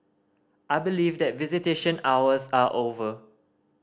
I believe that visitation hours are over